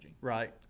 Right